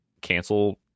cancel